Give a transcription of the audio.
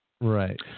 Right